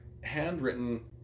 Handwritten